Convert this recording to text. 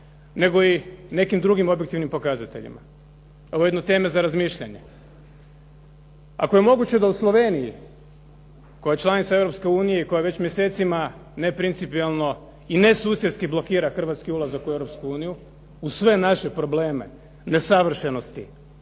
nego i nekim drugim objektivnim pokazateljima. Ovo je jedna tema za razmišljanje. Ako je moguće da u Sloveniji koja je članica Europske unije i koja već mjesecima neprincipijelno i nesusjedski blokida hrvatski ulazak u Europsku uniju uz sve naše probleme nesavršenosti,